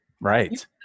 Right